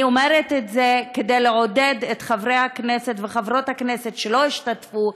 אני אומרת את זה כדי לעודד את חברי הכנסת וחברות הכנסת שלא השתתפו,